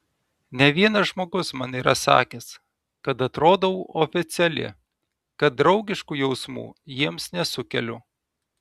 ne vienas žmogus man yra sakęs kad atrodau oficiali kad draugiškų jausmų jiems nesukeliu